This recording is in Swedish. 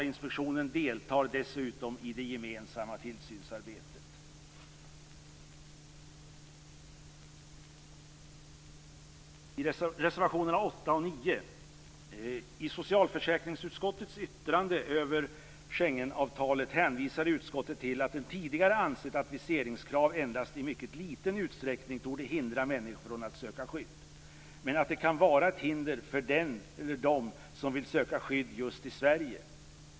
Inspektionen deltar dessutom i det gemensamma tillsynsarbetet. Reservationerna 8 och 9: I socialförsäkringsutskottets yttrande över Schengenavtalet hänvisar utskottet till att det tidigare ansett att viseringskrav endast i mycket liten utsträckning torde hindra människor från att söka skydd, men att det kan vara ett hinder för den eller dem som vill söka skydd just i Sverige.